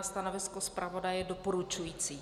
Stanovisko zpravodaje doporučující.